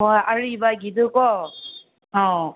ꯍꯣꯏ ꯑꯔꯤꯕꯒꯤꯗꯨꯀꯣ ꯑꯧ